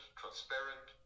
transparent